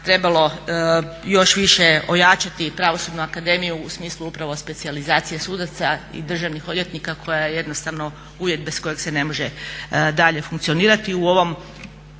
trebalo još više ojačati Pravosudnu akademiju u smislu uprav specijalizacije sudaca i državnih odvjetnika koja je jednostavno uvjet bez kojeg se ne može funkcionirati u ovom